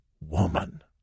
woman